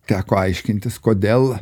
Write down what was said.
teko aiškintis kodėl